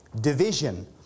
division